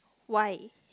why